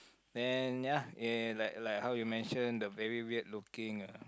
then ya ya ya like like how you mention the very weird looking